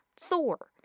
Thor